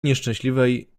nieszczęśliwej